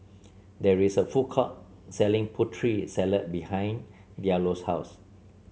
there is a food court selling Putri Salad behind Diallo's house